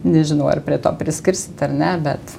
nežinau ar prie to priskirsit ar ne bet